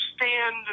understand